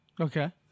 Okay